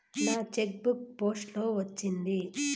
నా check book post లో వచ్చింది